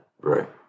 Right